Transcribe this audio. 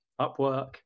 Upwork